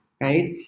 right